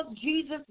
Jesus